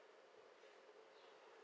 uh